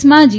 દેશમાં જી